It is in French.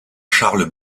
charles